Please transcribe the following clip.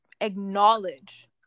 acknowledge